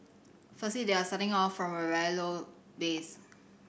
firstly they are starting off from a very low base